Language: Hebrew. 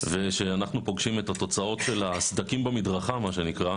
וכשאנחנו פוגשים את התוצאות של הסדרים במדרכה מה שנקרא,